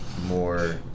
more